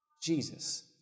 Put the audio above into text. Jesus